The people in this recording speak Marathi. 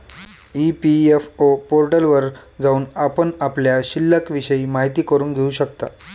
ई.पी.एफ.ओ पोर्टलवर जाऊन आपण आपल्या शिल्लिकविषयी माहिती करून घेऊ शकता